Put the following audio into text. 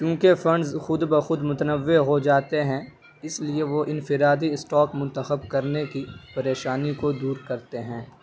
چونکہ فنڈز خودبخود متنوع ہو جاتے ہیں اس لیے وہ انفرادی اسٹاک منتخب کرنے کی پریشانی کو دور کرتے ہیں